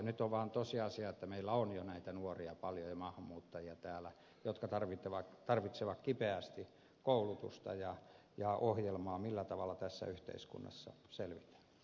nyt on vaan tosiasia että meillä on jo täällä paljon näitä nuoria ja maahanmuuttajia jotka tarvitsevat kipeästi koulutusta ja ohjelmaa siihen millä tavalla tässä yhteiskunnassa selvitään